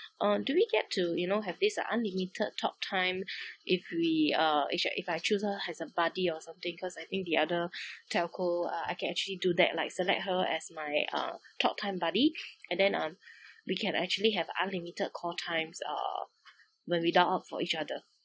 um do we get to you know have this uh unlimited talk time if we uh if I if I choose her as a buddy or something because I think the other telco uh I can actually do that like select her as my uh talk time buddy and then um we can actually have unlimited call times uh when we dial up for each other